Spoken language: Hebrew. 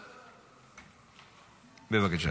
בבקשה.